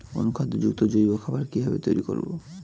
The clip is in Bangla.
অনুখাদ্য যুক্ত জৈব খাবার কিভাবে তৈরি করব?